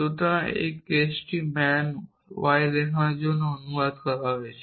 সুতরাং এই কেসটি ম্যান y দেখানোর জন্য অনুবাদ করা হয়েছে